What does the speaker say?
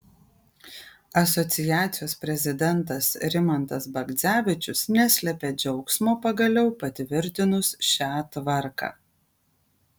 asociacijos prezidentas rimantas bagdzevičius neslėpė džiaugsmo pagaliau patvirtinus šią tvarką